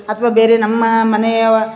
ಅಥವಾ ಬೇರೆ ನಮ್ಮ ಮನೆಯ